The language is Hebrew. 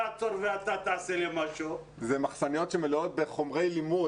אלה מחסניות שמלאות בחומרי לימוד.